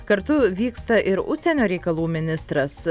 kartu vyksta ir užsienio reikalų ministras